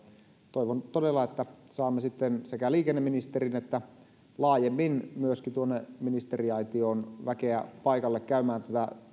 toivon todella että saamme sitten sekä liikenneministerin että myöskin laajemmin tuonne ministeriaitioon väkeä paikalle käymään tätä